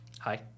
Hi